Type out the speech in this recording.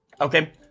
Okay